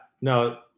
no